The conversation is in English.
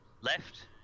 left